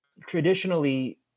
traditionally